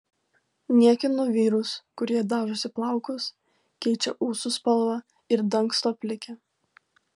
niekinu vyrus kurie dažosi plaukus keičia ūsų spalvą ir dangsto plikę